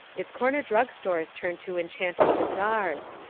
its corner drug-stores turn to enchanted bazaars.